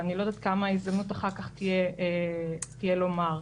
ואני לא יודעת כמה הזדמנות אחר כך תהיה לי לומר.